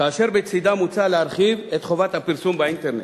כאשר בצדה מוצע להרחיב את חובת הפרסום באינטרנט.